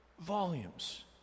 volumes